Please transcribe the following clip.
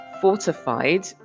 fortified